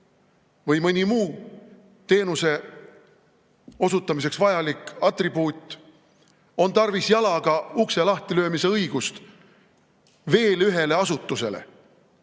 või mõni muu teenuse osutamiseks vajalik atribuut, on tarvis jalaga ukse lahtilöömise õigust veel ühele asutusele?